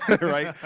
right